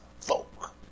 folk